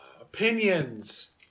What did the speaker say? Opinions